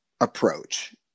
approach